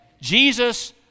Jesus